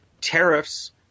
tariffs